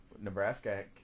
Nebraska